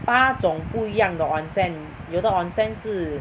八种不一样的 onset 有的 onsen 是